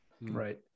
Right